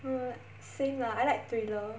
mm same lah I like thriller